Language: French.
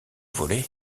volé